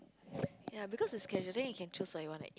ya because is catering can choose what you want it